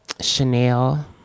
Chanel